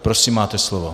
Prosím, máte slovo.